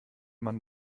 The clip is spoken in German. man